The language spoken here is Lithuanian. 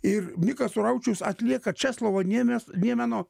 ir mikas suraučius atlieka česlovo niemės niemeno